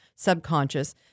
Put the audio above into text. subconscious